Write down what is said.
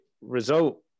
result